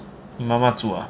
你妈妈煮啊